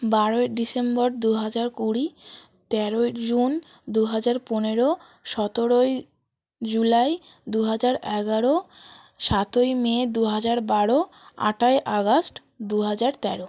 বারোই ডিসেম্বর দুহাজার কুড়ি তেরোই জুন দুহাজার পনেরো সতেরোই জুলাই দুহাজার এগারো সাতই মে দুহাজার বারো আটই আগস্ট দুহাজার তেরো